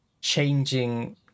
changing